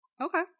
Okay